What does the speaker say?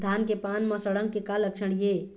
धनिया के पान म सड़न के का लक्षण ये?